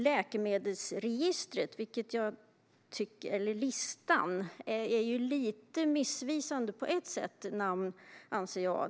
Läkemedelslista är, anser jag, på ett sätt ett lite missvisande namn.